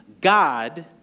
God